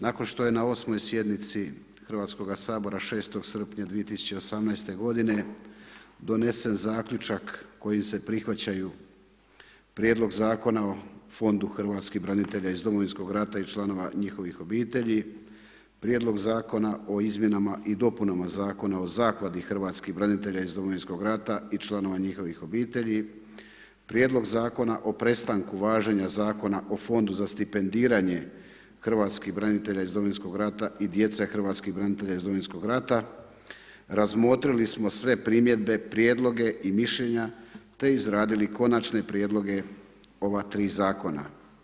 Nakon što je na 8. sjednici Hrvatskoga sabora 6. srpnja 2018. godine donesen zaključak kojim se prihvaćaju Prijedlog zakona o Fondu hrvatskih branitelja iz Domovinskog rata i članova njihovih obitelji, Prijedlog zakona o Izmjenama i dopunama Zakona o Zakladi hrvatskih branitelja iz Domovinskog rata i članova njihovih obitelji, Prijedlog zakona o prestanku važenja Zakona o Fondu za stipendiranje hrvatskih branitelja iz Domovinskog rata i djece hrvatskih branitelja iz Domovinskog rata, razmotrili smo sve primjedbe, prijedloge i mišljenja te izradili konačne prijedloga ova tri zakona.